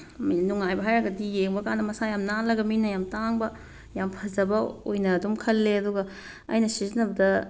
ꯅꯨꯡꯉꯥꯏꯕ ꯍꯥꯏꯔꯒꯗꯤ ꯌꯦꯡꯕ ꯀꯥꯟꯗ ꯃꯁꯥ ꯌꯥꯝ ꯅꯥꯜꯂꯒ ꯃꯤꯅ ꯌꯥꯝ ꯇꯥꯡꯕ ꯌꯥꯝ ꯐꯖꯕ ꯑꯣꯏꯅ ꯑꯗꯨꯝ ꯈꯜꯂꯦ ꯑꯗꯨꯒ ꯑꯩꯅ ꯁꯤꯖꯤꯟꯅꯕꯗ